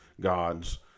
God's